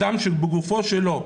אדם שבגופו שלו,